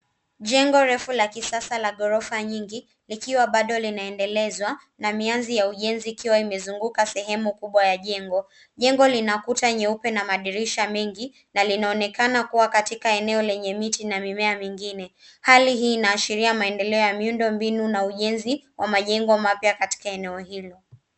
Jengo refu la kisasa la gorofa nyingi likiwa bado linaendelezwa na mianzi ya ujenzi ikiwa imezunguka sehemu kubwa ya jengo. Jengo lina kuta nyeupe na madirisha mengi na linaonekana kuwa katika eneo la miti na mimea mingine. Hali hii inaashiria maendeleo ya miundo mbinu na ujenzi wa majengo mapya katika eneo hilo.